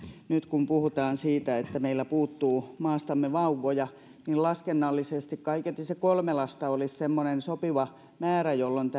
nyt kun puhutaan siitä että meillä puuttuu maastamme vauvoja niin laskennallisesti kaiketi kolme lasta olisi semmoinen sopiva määrä jolloin